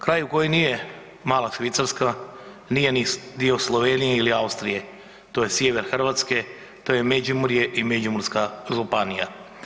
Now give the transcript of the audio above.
Kraj koji nije mala Švicarska, nije ni dio Slovenije ili Austrije, to je Sjever Hrvatske, to je Međimurje i Međimurska županija.